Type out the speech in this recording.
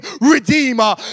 redeemer